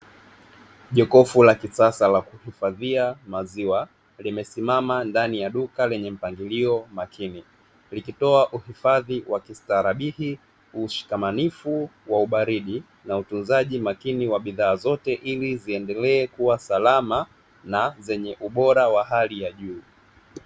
Jokofu la kisasa la kuhifadhiwa maziwa, limesimama ndani ya duka lenye mpangilio makini likipewa uhifadhi wa kiustarabihi, ushkamanifu wa ubaridi na utunzaji makini wa bidhaa zote, ili ziendelee kuwa salama na zenye ubora wa hali ya juu.